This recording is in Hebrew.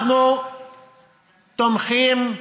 אפילו להתפלל איתם,